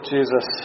Jesus